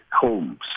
homes